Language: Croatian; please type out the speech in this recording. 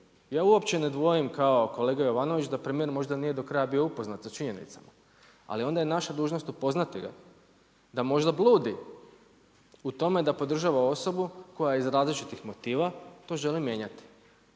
Ja uopće ne dvojim kao kolega Jovanović da premijer možda nije do kraja bio upoznat sa činjenicama, ali onda je naša dužnost upoznati ga da možda bludi u tome da podržava osobu koja je iz različitih motiva, to želim mijenjati.